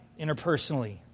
interpersonally